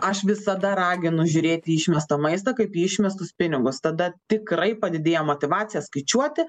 aš visada raginu žiūrėt į išmestą maistą kaip į išmestus pinigus tada tikrai padidėja motyvacija skaičiuoti